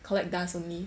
collect dust only